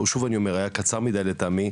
ששוב אני אומר היה קצר מדי לטעמי.